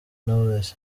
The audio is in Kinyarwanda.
knowless